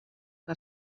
que